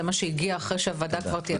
זה מה שהגיע אחרי שהוועדה כבר תיעדפה.